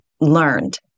learned